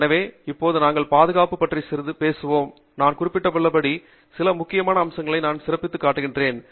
எனவே இப்போது நாங்கள் பாதுகாப்பைப் பற்றி சிறிது பேசுவோம் நான் குறிப்பிட்டுள்ளபடி இங்குள்ள சில முக்கிய அம்சங்களை நான் சிறப்பித்துக் காட்டுகிறேன்